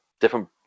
different